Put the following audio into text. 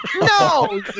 No